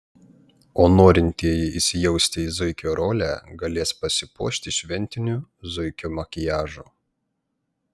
o norintieji įsijausti į zuikio rolę galės pasipuošti šventiniu zuikio makiažu